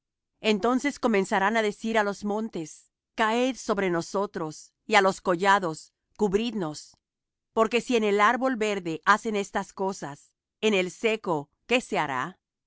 entonces comenzarán á decir á los montes caed sobre nosotros y á los collados cubridnos porque si en el árbol verde hacen estas cosas en el seco qué se hará